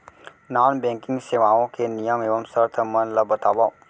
non banking सेवाओं के नियम एवं शर्त मन ला बतावव